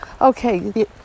Okay